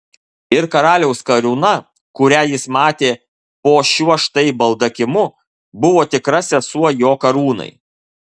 ir karaliaus karūna kurią jis matė po šiuo štai baldakimu buvo tikra sesuo jo karūnai